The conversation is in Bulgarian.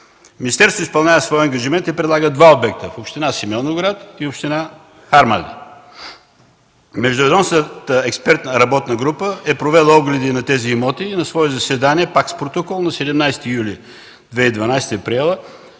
Министерството изпълнява своя ангажимент и предлага два обекта – в община Симеоновград и община Харманли. Междуведомствената експертна работна група е провела огледи на тези имоти и на свое заседание, пак с протокол, на 17 юли 2012 г. е приела,